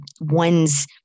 one's